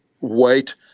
wait